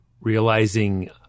realizing